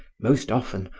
most often,